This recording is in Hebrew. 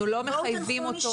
אנחנו לא מחייבים אותו.